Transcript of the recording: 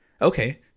okay